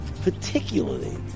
particularly